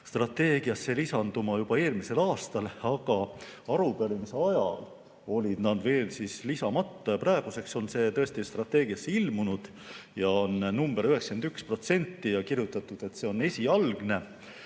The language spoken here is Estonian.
strateegiasse lisanduma juba eelmisel aastal, aga arupärimise ajal oli see veel lisamata. Praeguseks on see tõesti strateegiasse ilmunud, see number on 91% ja on kirjutatud, et see on esialgne.